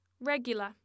Regular